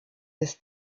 des